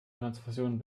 transfusionen